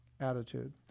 attitude